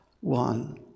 one